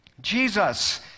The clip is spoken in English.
Jesus